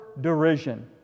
derision